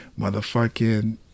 motherfucking